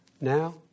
Now